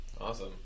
Awesome